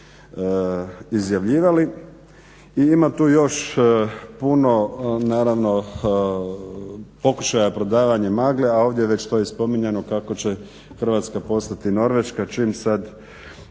ima tu još puno pokušaja prodavanja magle, a ovdje je to već i spominjano kako će Hrvatska postati Norveška čim sada